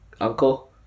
uncle